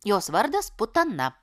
jos vardas putana